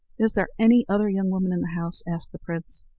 is there any other young woman in the house? asked the prince.